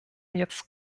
jetzt